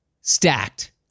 Stacked